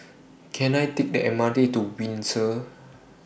Can I Take The M R T to Windsor